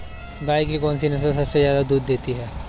गाय की कौनसी नस्ल सबसे ज्यादा दूध देती है?